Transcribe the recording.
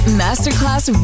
masterclass